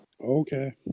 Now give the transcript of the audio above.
Okay